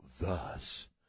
thus